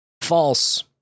False